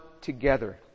together